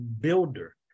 builder